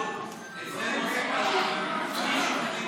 נגד,